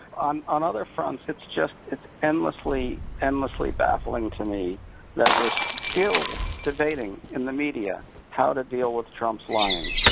on on other fronts, it's just, it's endlessly, endlessly baffling to me that we're still debating in the media how to deal with trump's lying.